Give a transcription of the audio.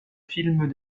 films